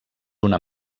una